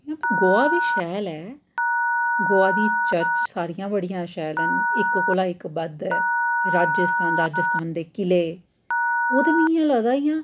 इयां ते गोआ बी शैल ऐ गोआ दी चर्च सारियां बड़ियां शैल न इक कोला इक बद्ध ऐ राजेस्थान राजेस्थान दे किले ओह् ते मी इ'यां लगदा जियां